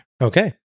Okay